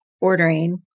ordering